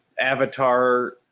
Avatar